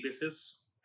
basis